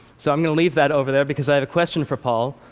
so i'm going to leave that over there because i have a question for paul.